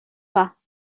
pas